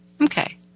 Okay